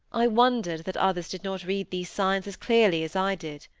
i wondered that others did not read these signs as clearly as i did.